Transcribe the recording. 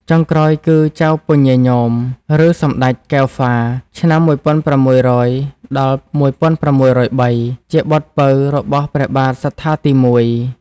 ចុងក្រោយគឺ ចៅពញាញោម ឬសម្ដេចកែវហ្វា (ឆ្នាំ ១៦០០-១៦០៣) ជាបុត្រពៅរបស់ព្រះបាទសត្ថាទី១។